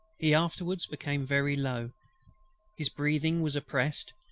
he afterwards became very low his breathing was oppressed,